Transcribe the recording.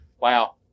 Wow